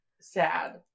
sad